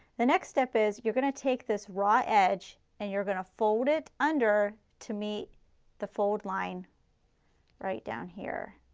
the next step is that you're going to take this raw edge and you're going to fold it under to meet the fold line right down here.